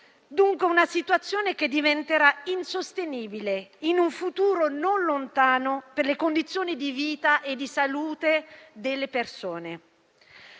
questa una situazione che diventerà insostenibile in un futuro non lontano per le condizioni di vita e di salute delle persone.